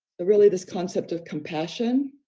ah really, this concept of compassion